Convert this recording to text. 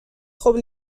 خوب